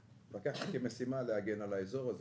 לקחתי על עצמי משימה להגן על האזור הזה